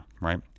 right